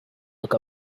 look